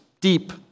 deep